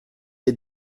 est